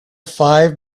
five